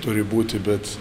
turi būti bet